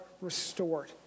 restored